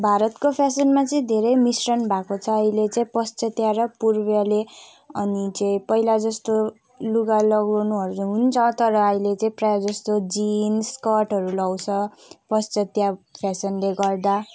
भारतको फेसनमा चाहिँ धेरै मिश्रण भएको छ अहिले चाहिँ पाश्चात्य र पुर्वेली अनि चाहिँ पहिला जस्तो लुगा लगाउनुहरू हुन्छ तर अहिले चाहिँ प्राय जस्तो जिन्स स्कर्टहरू लगाउँछ पाश्चत्य फेसनले गर्दा